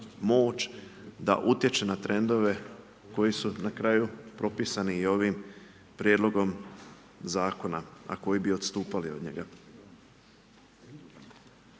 moć da utječe na trendove koji su na kraju propisani i ovim prijedlogom zakona a koji bi odstupali od njega.